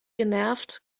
genervt